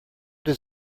does